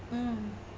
mm